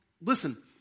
listen